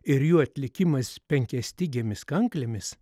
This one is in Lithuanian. ir jų atlikimas penkiastygėmis kanklėmis